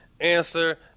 answer